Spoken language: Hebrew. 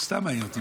סתם מעניין אותי,